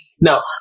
No